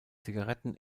zigaretten